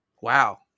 Wow